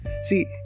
See